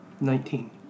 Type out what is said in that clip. Nineteen